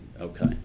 Okay